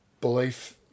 belief